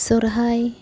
ᱥᱚᱦᱚᱨᱟᱭ